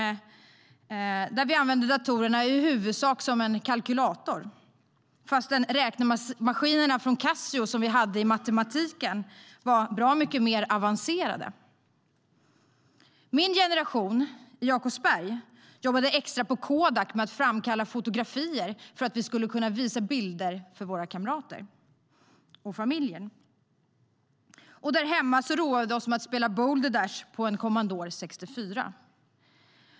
Datorerna använde vi i huvudsak som kalkylator, fastän räknemaskinerna från Casio, som vi hade i matematikundervisningen, var bra mycket mer avancerade. Min generation i Jakobsberg jobbade extra på Kodak med att framkalla fotografier så att vi kunde visa bilder för våra kamrater och för familjen. Hemma roade vi oss med att spela Boulder Dash på en Commodore 64.